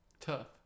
tough